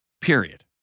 Period